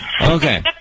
Okay